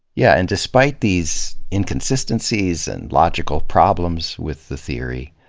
yeah and despite these inconsistencies and logical problems with the theory,